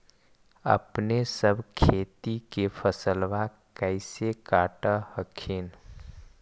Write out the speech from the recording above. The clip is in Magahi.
अपने सब खेती के फसलबा कैसे काट हखिन?